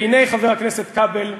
והנה, חבר הכנסת כבל,